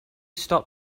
stop